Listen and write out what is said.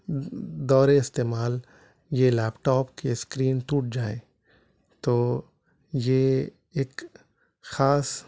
دور استعمال یہ لیپ ٹاپ کے اسکرین ٹوٹ جائیں تو یہ ایک خاص